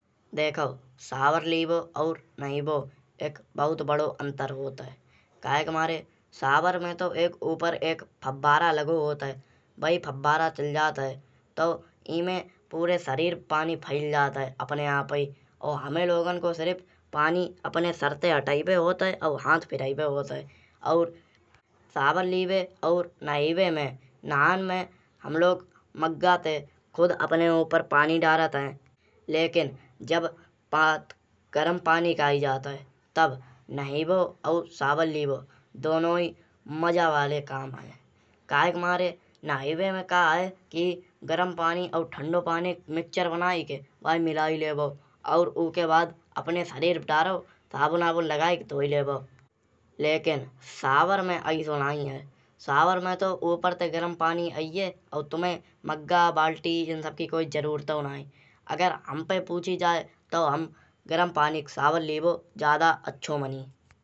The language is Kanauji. दिखाओ शावर लिवाओ और नहीं लिवो एक बहुत बड़े अन्तर होत है। काहे के मारे शावर में तौ एक ऊपर एक फब्बारा लगो होत है। बही फब्बारा चल जात है। तौ ईमें पूरे सरीर पे पानी फैयिल जात है अपने आपही। ओ हुमे लोगन को सिर्फ पानी अपने सिर ते हटाएबे होत है। और हाथ फिराएबे होत है। और शावर लिवे और नहाएबे में नहााम में हम लोग मग्गा ते खुद अपने ऊपर पानी डालत है। लेकिन जब बात गरम पानी की आई जात है। तब नहिबो और शावर लिवो दोनों ही मजा वाले काम है। काहे के मारे नहाएबे में का है। की गरम पानी और ठण्डो पानी मिक्सचर बनाके बाई मिलायो लवाओ। और ओकर बाद अपने सरीर पे दाराओ साबुन आबुन लगायिके धोई लेबाओ। लें शावर में ऐसो नाई है। शावर ए तौ उपाए से गरम पानी आईये और तुम हे मग्गा बाल्टी इन सबकी कोई जरूरतौ नाई है। अगर हम पे पुछी जाए तौ हम गरम पानी को शावर लिबो ज्यादा अच्छो मानिये।